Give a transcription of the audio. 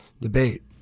debate